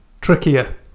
Trickier